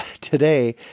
today